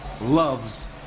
loves